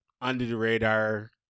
under-the-radar